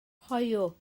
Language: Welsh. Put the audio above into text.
hoyw